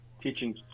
teaching